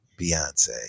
Beyonce